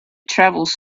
travels